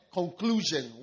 conclusion